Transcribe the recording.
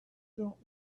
don’t